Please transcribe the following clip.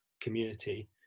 community